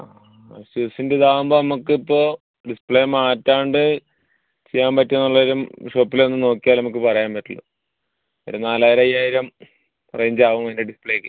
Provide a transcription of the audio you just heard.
ആ അസ്യൂസിൻ്റെ ഇതാവുമ്പോൾ നമുക്കിപ്പോൾ ഡിസ്പ്ലേ മാറ്റാണ്ട് ചെയ്യാൻ പറ്റുമോയെന്നുള്ളതും ഷോപ്പിൽ വന്നു നോക്കിയാലേ നമുക്ക് പറയാൻ പറ്റുള്ളൂ ഒരു നാലായിരം അയ്യായിരം റേഞ്ചാവും ഇതിൻ്റെ ഡിസ്പ്ലേയ്ക്ക്